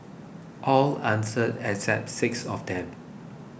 all answered except six of them